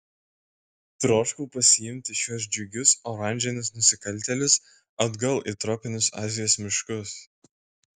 troškau pasiimti šiuos džiugius oranžinius nusikaltėlius atgal į tropinius azijos miškus